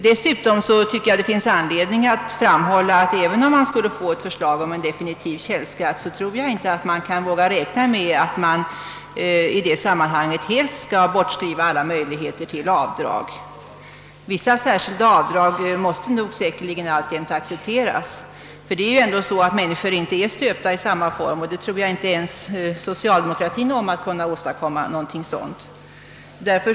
Dessutom vill jag framhålla, att även om ett förslag rörande definitiv källskatt framläggs, så kan man ändå inte avskriva alla möjligheter till avdrag. Vissa särskilda avdrag måste säkerligen alltjämt accepteras, ty vi människor är inte stöpta i samma form — jag tror inte ens socialdemokratien om att kunna åstadkomma någon annan ordning härvidlag.